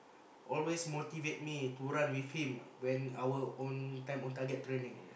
always motivate me to run with him when our own time own target training